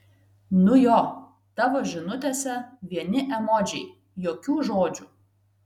nu jo tavo žinutėse vieni emodžiai jokių žodžių